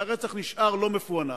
והרצח נשאר לא מפוענח.